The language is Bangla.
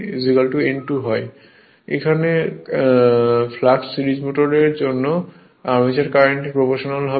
কারণ এখানে ফ্লাক্স সিরিজ মোটর এর আর্মেচার কারেন্ট এর প্রপ্রোশনাল হবে